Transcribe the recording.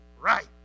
Right